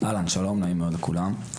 שלום נעים מאוד לכולם.